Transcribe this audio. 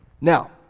Now